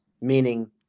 meaning